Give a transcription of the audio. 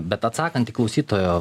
bet atsakant į klausytojo